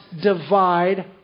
divide